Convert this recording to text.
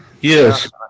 yes